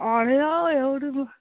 ଅଢ଼େଇଶହ ଏଇଠୁ ମୁଁ